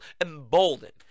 emboldened